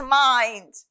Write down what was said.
mind